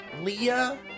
Leah